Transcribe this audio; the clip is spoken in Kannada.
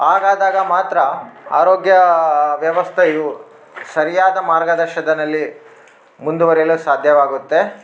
ಹಾಗಾದಾಗ ಮಾತ್ರ ಆರೋಗ್ಯ ವ್ಯವಸ್ಥೆಯು ಸರಿಯಾದ ಮಾರ್ಗದರ್ಶದನಲ್ಲಿ ಮುಂದುವರೆಯಲು ಸಾಧ್ಯವಾಗುತ್ತೆ